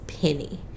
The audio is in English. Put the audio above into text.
penny